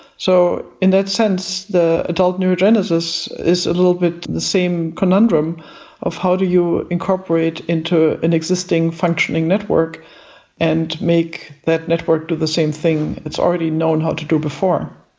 so, in that sense, the adult neurogenesis is a little bit the same conundrum of how do you incorporate into an existing, functioning network and make that network do the same thing it's already known how to do before.